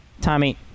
Tommy